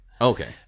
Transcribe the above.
okay